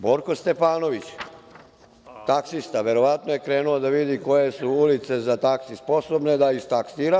Borko Stefanović, taksista, verovatno je krenuo da vidi koje su ulice za taksi sposobne, da istaksira.